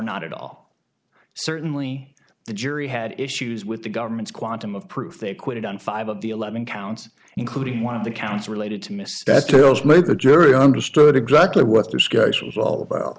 not at all certainly the jury had issues with the government's quantum of proof they acquitted on five of the eleven counts including one of the counts related to miss that kills made the jury understood exactly what this case was all about